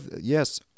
Yes